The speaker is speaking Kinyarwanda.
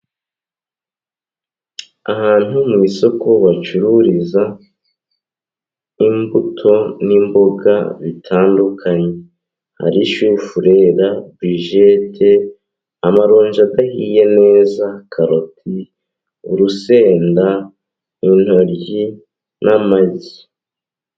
Ahantu mu isoko bacururiza imbuto n'imboga bitandukanye, hari: shufureri, burijete, amaronji adahiye neza, karoti, urusenda, intigi, n'amagi.